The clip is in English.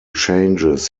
changes